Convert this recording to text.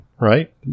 right